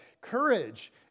courage